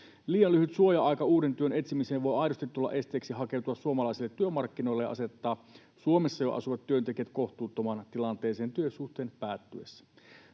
Liian lyhyt suoja-aika uuden työn etsimiseen voi aidosti tulla esteeksi hakeutua suomalaisille työmarkkinoille ja asettaa Suomessa jo asuvat työntekijät kohtuuttomaan tilanteeseen työsuhteen päättyessä.